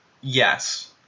Yes